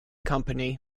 company